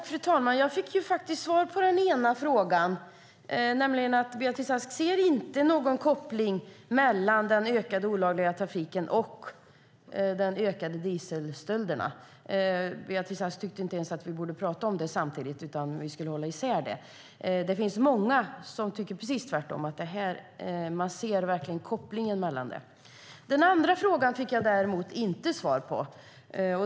Fru talman! Jag fick faktiskt svar på den ena frågan, nämligen att Beatrice Ask inte ser någon koppling mellan den ökade olagliga trafiken och de ökade dieselstölderna. Beatrice Ask tyckte inte ens att vi borde prata om detta samtidigt, utan vi skulle hålla isär detta. Det finns många som tycker precis tvärtom - man ser verkligen kopplingen. Den andra frågan fick jag däremot inte svar på.